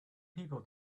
people